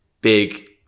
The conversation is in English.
Big